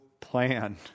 plan